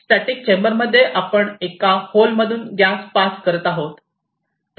static chamber मध्ये हे आपण एका होल मधून गॅस पास करत आहोत